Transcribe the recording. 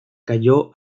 cayó